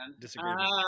disagreement